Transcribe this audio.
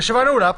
הישיבה נעולה.